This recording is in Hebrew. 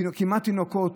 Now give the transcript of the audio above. כמעט תינוקות,